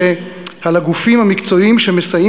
איך ייתכן שעם חברי הגופים המקצועיים שמסייעים